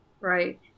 Right